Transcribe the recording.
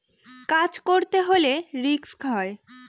কাজ করতে হলে রিস্ক হয়